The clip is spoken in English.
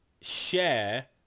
share